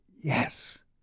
yes